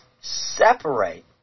separate